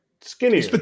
skinnier